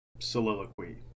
soliloquy